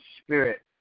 spirit